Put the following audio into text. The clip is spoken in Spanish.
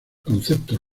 conceptos